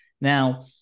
Now